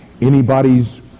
anybody's